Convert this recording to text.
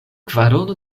kvarono